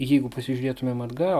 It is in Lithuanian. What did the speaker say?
jeigu pasižiūrėtumėm